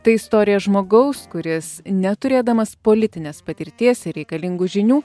tai istorija žmogaus kuris neturėdamas politinės patirties ir reikalingų žinių